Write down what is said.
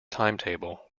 timetable